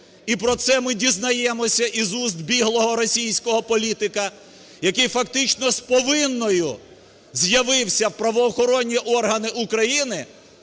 і про це ми дізнаємося із уст біглого російського політика, який фактично з повинною з'явився у правоохоронні органи України.